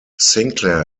sinclair